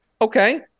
okay